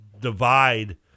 divide